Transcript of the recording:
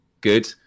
good